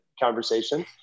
conversation